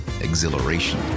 exhilaration